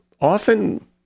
often